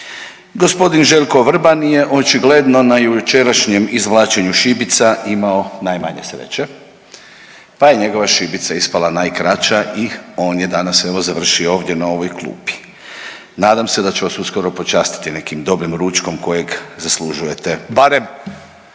Gospodin Željko Vrban je očigledno na jučerašnjem izvlačenju šibica imao najmanje sreće, pa je njegova šibica ispala najkraća i on je danas evo završio ovdje na ovoj klupi, nadam se da će vas uskoro počastiti nekim dobrim ručkom kojeg zaslužujete barem